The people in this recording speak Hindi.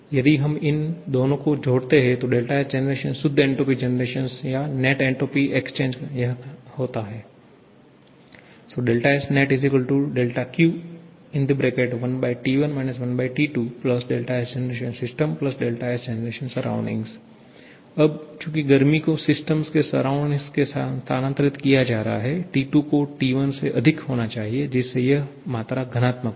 यदि हम इन दोनों को जोड़ते हैं तो Sgen शुद्ध एन्ट्रापी जनरेशन या नेट एन्ट्रापी एक्सचेंज यह होता है dSnetQ 1T1 1T2SgensysSgensurr अब चूंकि गर्मी को सिस्टम के सराउंडिंग से स्थानांतरित किया जा रहा है T2 को T1 से अधिक होना चाहिए जिससे यह मात्रा घनात्मक हो